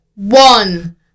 one